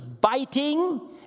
biting